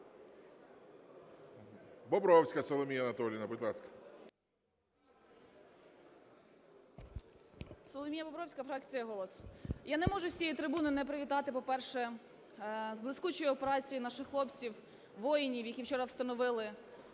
Бобровська Соломія Анатоліївна, будь ласка. 12:06:16 БОБРОВСЬКА С.А. Соломія Бобровська, фракція "Голос". Я не можу з цієї трибуни не привітати, по-перше, з блискучою операцією наших хлопців-воїнів, які вчора встановили